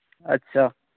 ᱟᱪᱪᱷᱟ